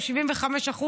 75%,